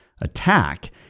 attack